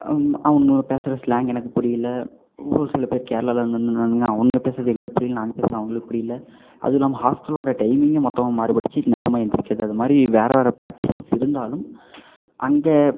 அவனுங்க பேசுகிற ஸ்லாங் எனக்கு புரியலை ஒரு சில பேர் கேரளாலிருந்து வந்திருந்தானுங்க அவனுங்க பேசுவது எங்களுக்கு புரியலை நாங்கள் பேசுவது அவர்களுக்கு புரியலை அதுவும் இல்லாமல் ஹாஸ்ட்டலோட டைமிங்கே மொத்தமாக மாறுபட்டுச்சு நேரமாக எழுந்திரிக்கிறது அது மாதிரி வேறு வேறு பிராக்டிசஸ் இருந்தாலும் அங்கே